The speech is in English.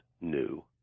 new